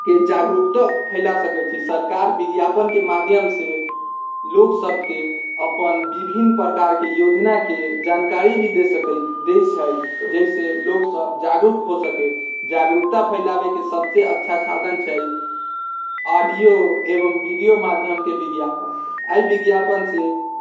के जागरूकता फैला सकै छै सरकार विज्ञापनके माध्यमसँ लोकसबके अपन विभिन्न प्रकारके योजनाके जानकारी भी दे सकै दै छै जैसे लोकसब जागरूक हो सके जागरूकता फैलाबैके सबसँ अच्छा साधन छै ऑडिओ एवम् वीडियो माध्यमके विज्ञापन अइ विज्ञापनसँ